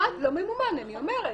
1 לא ממומן, אני אומרת.